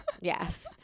Yes